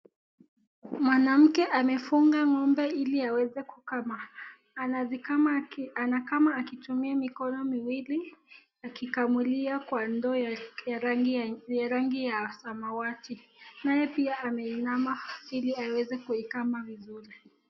Mwanamke amefunga ng'ombe ili aweze kukama. Anakama akitumia mikono miwili, akikamulia kwa ndoo ya rangi ya samawati. Naye pia ameinama ili aweze kuikama vizuri.